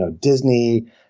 Disney